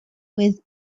with